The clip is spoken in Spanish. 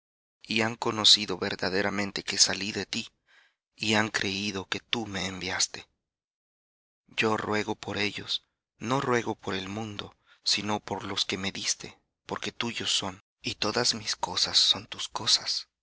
y han conocido verdaderamente que salí de ti y han creído que tú me enviaste yo ruego por ellos no ruego por el mundo sino por los que me diste porque tuyos son y todas mis cosas son tus cosas